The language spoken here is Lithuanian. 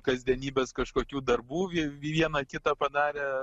kasdienybės kažkokių darbų vieną kitą padarę